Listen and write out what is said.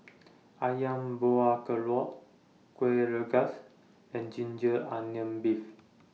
Ayam Buah Keluak Kueh Rengas and Ginger Onions Beef